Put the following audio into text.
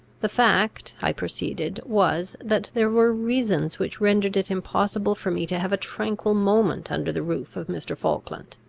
the fact, i proceeded, was, that there were reasons which rendered it impossible for me to have a tranquil moment under the roof of mr. falkland.